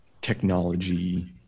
technology